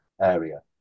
area